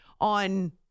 on